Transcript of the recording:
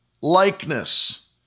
likeness